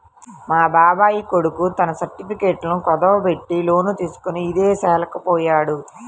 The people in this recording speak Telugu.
మా బాబాయ్ కొడుకు తన సర్టిఫికెట్లను కుదువబెట్టి లోను తీసుకొని ఇదేశాలకు పొయ్యాడు